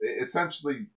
Essentially